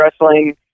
wrestling